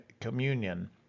communion